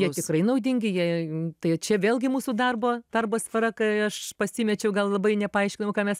jie tikrai naudingi jie tai čia vėlgi mūsų darbo darbo sfera kai aš pasimečiau gal labai nepaaiškinau ką mes